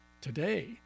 today